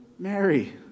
Mary